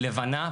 לבנה,